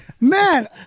man